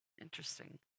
Interesting